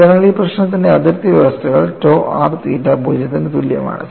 അതിനാൽ ഈ പ്രശ്നത്തിന്റെ അതിർത്തി വ്യവസ്ഥകൾ tau r തീറ്റ 0 ന് തുല്യമാണ്